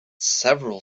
several